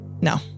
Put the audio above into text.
No